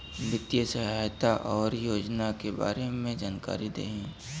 वित्तीय सहायता और योजना के बारे में जानकारी देही?